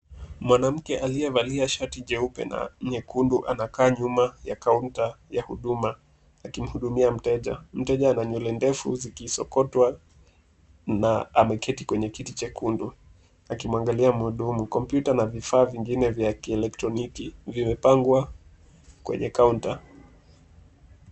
Mwanamke aliyevalia shati jeupe na nyekundu anakaa nyuma ya kaunta ya huduma akimhudumia mteja. Mteja ana nywele ndefu zikisokotwa na ameketi kwenye kiti chekundu akimwangalia mhudumu. Komputa na vifaa vingine vya kielektroniki vimepangwa kwenye kaunta.